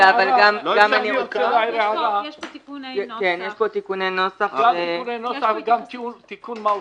גם תיקוני נוסח וגם תיקון מהותי.